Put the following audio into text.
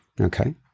Okay